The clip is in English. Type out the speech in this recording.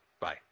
Bye